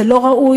זה לא ראוי,